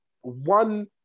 One